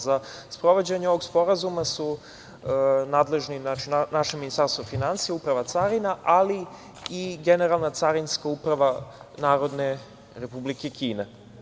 Za sprovođenje ovog sporazuma su nadležni naše Ministarstvo finansija, Uprava carina, ali i Generalna carinska uprava Narodne Republike Kine.